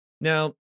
Now